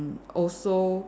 also